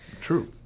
True